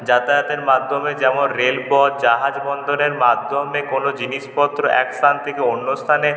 যাতায়াতের মাধ্যমে যেমন রেলপথ জাহাজ বন্দরের মাধ্যমে কোনো জিনিসপত্র এক স্থান থেকে অন্য স্থানে